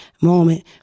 moment